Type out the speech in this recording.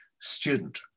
student